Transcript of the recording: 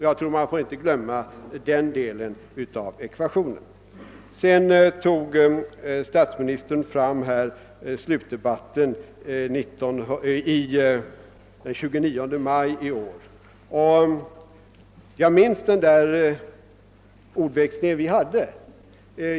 Jag tror inte att man får glömma den delen av ekvationen. Statsministern tog sedan upp vad som sades i slutdebatten den 29 maj i år. Jag minns den ordväxling vi då hade.